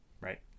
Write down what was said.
Right